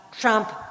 Trump